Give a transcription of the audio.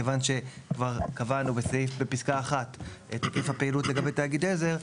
מכיוון שכבר קבענו בפסקה 1 את היקף הפעילות לגבי תאגיד עזר,